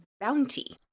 bounty